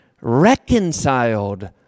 reconciled